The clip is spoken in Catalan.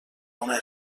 una